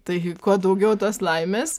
tai kuo daugiau tos laimės